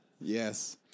yes